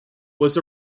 was